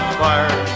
fire